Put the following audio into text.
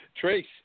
Trace